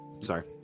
Sorry